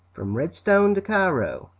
from redstone to cairo